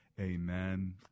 amen